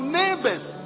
neighbors